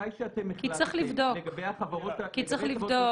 כי אתם החלטתם לגבי חברות --- כי צריך לבדוק.